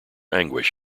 anguish